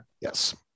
Yes